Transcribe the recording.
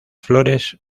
flores